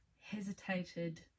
hesitated